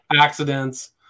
accidents